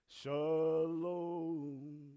Shalom